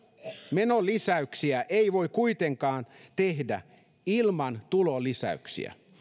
menolisäyksiä ei voi kuitenkaan tehdä ilman tulolisäyksiä